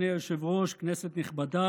אדוני היושב-ראש, כנסת נכבדה,